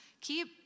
keep